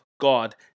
God